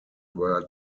were